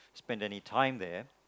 spend any time there